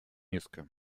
низко